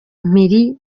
mpiri